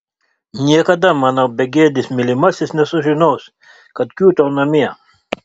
niekada mano begėdis mylimasis nesužinos kad kiūtau namie